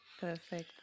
Perfect